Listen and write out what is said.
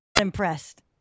Impressed